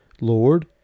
Lord